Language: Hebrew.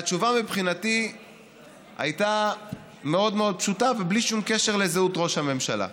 והתשובה מבחינתי הייתה מאוד מאוד פשוטה ובלי שום קשר לזהות ראש הממשלה,